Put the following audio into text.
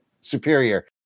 superior